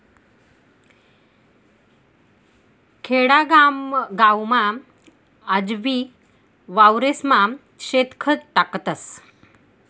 खेडागावमा आजबी वावरेस्मा शेणखत टाकतस